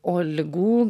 o ligų